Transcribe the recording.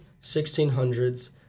1600s